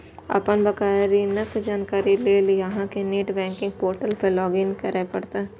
अपन बकाया ऋणक जानकारी लेल अहां कें नेट बैंकिंग पोर्टल पर लॉग इन करय पड़त